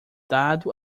dado